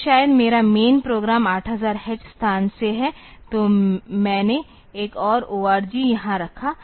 तब शायद मेरा मैन प्रोग्राम 8000 H स्थान से है तो मैंने एक और ORG यहां रखा